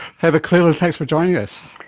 heather cleland, thanks for joining us.